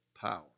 Power